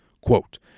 Quote